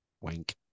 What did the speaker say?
Wink